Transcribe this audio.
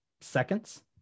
seconds